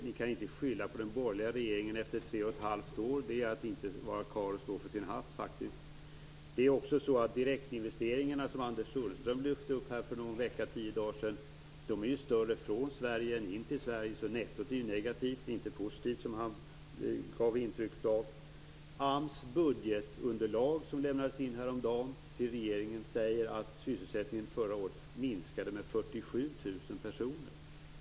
Ni kan inte skylla på den borgerliga regeringen efter tre och ett halvt år. Det är faktiskt inte att vara karl för sin hatt. Direktinvesteringarna, som Anders Sundström lyfte fram för någon vecka sedan, är större från Sverige än till Sverige. Nettot är alltså negativt, inte positivt som Anders Sundström gav intryck av. AMS budgetunderlag, som häromdagen lämnades in till regeringen, säger att sysselsättningen förra året minskade med 47 000 personer.